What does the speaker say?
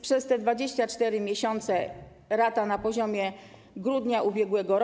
Przez te 24 miesiące - rata na poziomie grudnia ub.r.